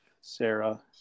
Sarah